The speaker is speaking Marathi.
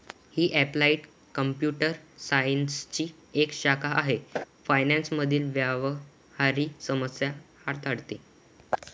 ही अप्लाइड कॉम्प्युटर सायन्सची एक शाखा आहे फायनान्स मधील व्यावहारिक समस्या हाताळते